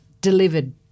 delivered